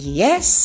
yes